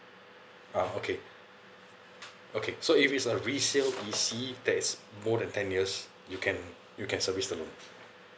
uh okay okay so if it's a resale E_C that is more than ten years you can you can service the loan